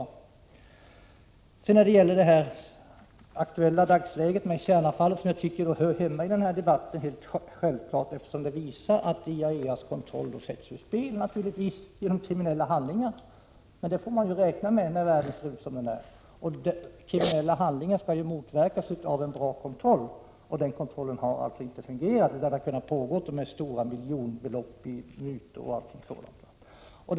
Vad sedan gäller de aktuella dagshändelserna beträffande kärnkraftsavfallet tycker jag att dessa självfallet hör hemma i denna debatt, eftersom de visar hur IAEA:s roll sätts ur spel genom kriminella handlingar. Sådant får man räkna med när världen ser ut som den gör. Kriminella handlingar skall ju motverkas av en bra kontroll, men kontrollen har alltså inte fungerat, utan förfarandena med miljonbelopp i mutor osv. har kunnat fortgå.